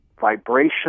vibration